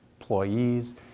employees